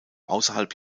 außerhalb